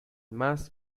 más